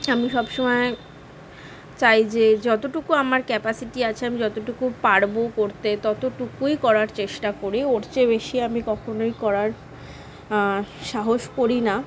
আমি সময় চাই যে যতোটুকু আমার ক্যাপাসিটি আছে আমি যতোটুকু পারবো করতে ততটুকুই করার চেষ্টা করি ওর চেয়ে বেশি আমি কখনোই করার সাহস করি না